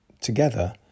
together